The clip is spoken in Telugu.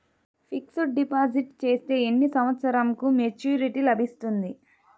ఫిక్స్డ్ డిపాజిట్ చేస్తే ఎన్ని సంవత్సరంకు మెచూరిటీ లభిస్తుంది?